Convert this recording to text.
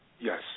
Yes